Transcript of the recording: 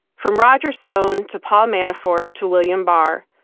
from roger stone to paul manafort, to william barr,